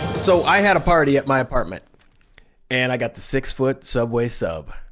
so, i had a party at my apartment and i got the six-foot subway sub.